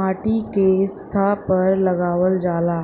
माटीके सतह पर लगावल जाला